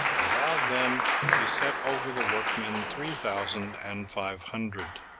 and of them he set over the workmen three thousand and five hundred.